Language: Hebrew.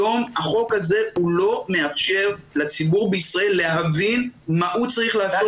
היום החוק הזה לא מאפשר לציבור בישראל להבין מה הוא צריך לעשות.